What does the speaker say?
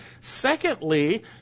Secondly